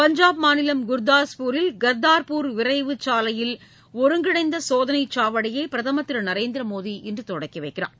பஞ்சாப் மாநிலம் குர்தாஸ்பூரில் கர்தா்பூர் விரைவு சாலையில் ஒருங்கிணைந்த சோதனை சாவடியை பிரதமர் திரு நரேந்திர மோடி இன்று தொடங்கி வைக்கிறார்